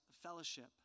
fellowship